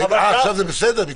עכשיו זה בסדר?